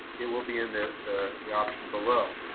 it will be in the the option below,